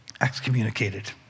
excommunicated